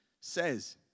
says